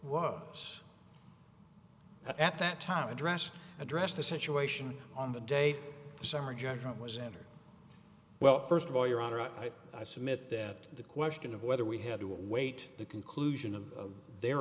was at that time address addressed the situation on the day the summary judgment was entered well first of all your honor i submit that the question of whether we had to await the conclusion of their